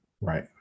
right